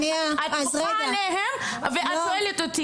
את בוכה עליהם ואת שואלת.